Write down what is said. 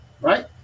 right